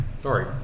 Sorry